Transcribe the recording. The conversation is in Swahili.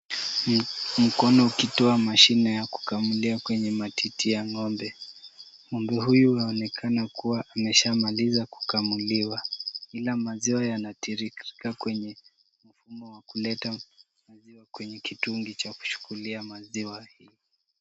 Mkono ukitoa mashine ya kukamulia kwenye matiti ya ng'ombe. Ng'ombe huyu aonekana kuwa ameshamaliza kukamuliwa ila maziwa yanatiririka kwenye mfumo wa kuleta maziwa kwenye kitungi cha kuchukulia maziwa hii.